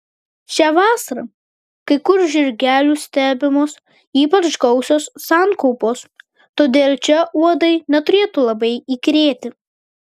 šią vasarą kai kur žirgelių stebimos ypač gausios sankaupos todėl čia uodai neturėtų labai įkyrėti